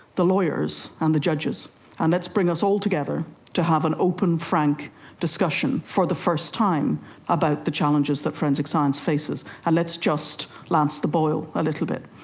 the lawyers and the judges and let's bring us all together to have an open, frank discussion for the first time about the challenges that forensic science faces and let's just lance the boil a little bit.